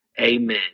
Amen